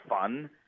fun